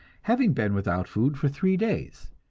having been without food for three days,